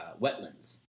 wetlands